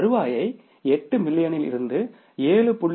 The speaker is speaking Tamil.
வருவாயை 8 மில்லியனிலிருந்து 7